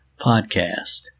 podcast